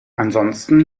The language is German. ansonsten